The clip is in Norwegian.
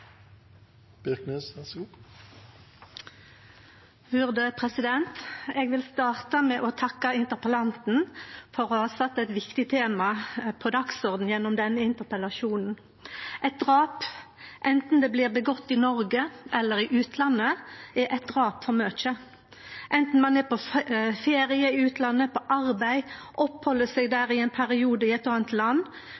Eg vil starte med å takke interpellanten for å ha sett eit viktig tema på dagsordenen gjennom denne interpellasjonen. Eit drap, anten det blir utført i Noreg eller i utlandet, er eit drap for mykje. Anten ein er i utlandet på ferie eller på arbeid: Når ein oppheld seg